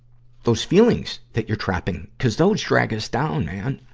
those feelings that you're trapping. cuz those drag us down, man.